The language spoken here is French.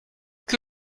que